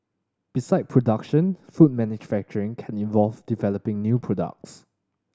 beside production food manufacturing can involve developing new products